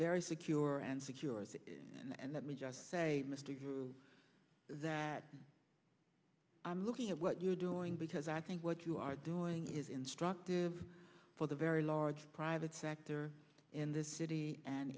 very secure and security and let me just say mr you that i'm looking at what you're doing because i think what you are doing is instructive for the very large private sector in this city and